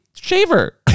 shaver